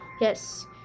yes